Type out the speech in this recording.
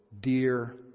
dear